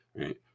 right